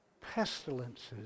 Pestilences